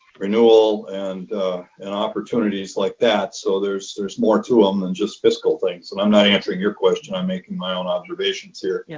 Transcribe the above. renewal and and opportunities like that. so there's there's more to them than just fiscal things and i'm not answering your question. i'm making my own observations here. yeah